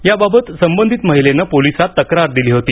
याबाबत संबंधित महिलेने पोलिसांत तक्रार दिली होती